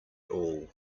all